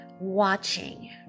watching